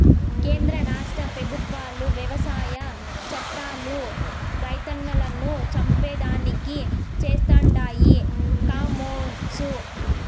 కేంద్ర రాష్ట్ర పెబుత్వాలు వ్యవసాయ చట్టాలు రైతన్నలను చంపేదానికి చేస్తండాయి కామోసు